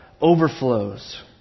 overflows